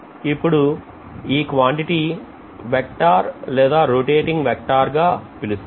ఇప్పుడు ఈ quantity vector లేదా రొటేటింగ్ వెక్టార్ గా పిలుస్తాం